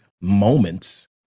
moments